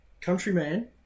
Countryman